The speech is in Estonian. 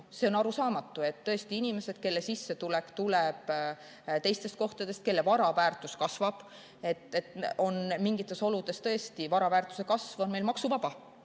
See on arusaamatu, sest tõesti, on inimesi, kelle sissetulek tuleb teistest kohtadest ja kelle vara väärtus kasvab, mingites oludes on vara väärtuse kasv meil maksuvaba.